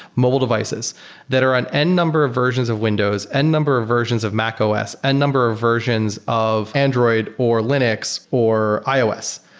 mobile devices that are on n number of versions of windows, n-number of versions of mac os n-number of versions of android, or linux, or ios.